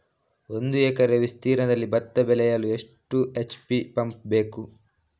ಒಂದುಎಕರೆ ವಿಸ್ತೀರ್ಣದಲ್ಲಿ ಭತ್ತ ಬೆಳೆಯಲು ಎಷ್ಟು ಎಚ್.ಪಿ ಪಂಪ್ ಬೇಕು?